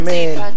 Man